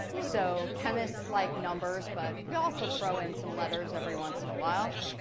so chemists like numbers, but we also throw in some letters every once in a while.